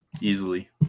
easily